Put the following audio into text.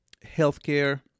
healthcare